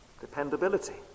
dependability